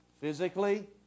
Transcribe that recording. physically